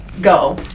go